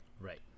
Right